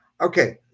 Okay